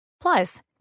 Plus